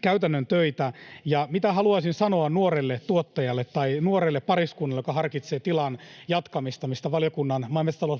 käytännön töitä. Ja mitä haluaisin sanoa nuorelle tuottajalle tai nuorelle pariskunnalle, joka harkitsee tilan jatkamista, mistä maa- ja metsätalousvaliokunnan